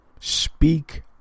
speak